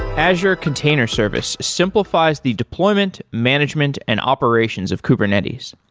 azure container service simplifies the deployment, management and operations of kubernetes.